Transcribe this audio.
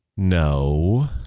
No